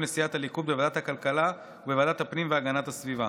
לסיעת הליכוד בוועדת הכלכלה ובוועדת הפנים והגנת הסביבה.